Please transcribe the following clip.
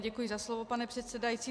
Děkuji za slovo, pane předsedající.